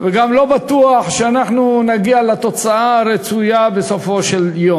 וגם לא בטוח שאנחנו נגיע לתוצאה הרצויה בסופו של דבר.